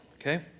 okay